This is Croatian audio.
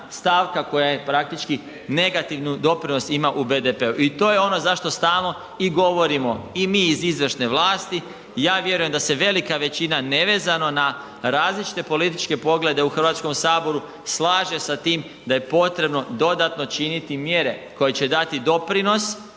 stavka koja praktički negativi doprinos ima u BDP-u. I to je ono zašto stalo i govorimo i mi iz izvršne vlasti. Ja vjerujem da se velika većina nevezano na različite političke poglede u Hrvatskom saboru slaže sa tim da je potrebno dodatno činiti mjere koje će dati doprinos